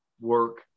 work